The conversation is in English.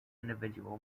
individual